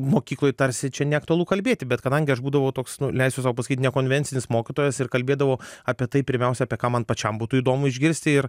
mokykloj tarsi čia neaktualu kalbėti bet kadangi aš būdavau toks nu leisiu sau pasakyt nekonvencinis mokytojas ir kalbėdavau apie tai pirmiausia apie ką man pačiam būtų įdomu išgirsti ir